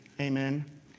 Amen